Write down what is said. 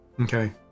Okay